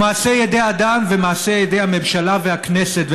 הוא מעשה ידי אדם ומעשה ידי הממשלה והכנסת.